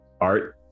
Art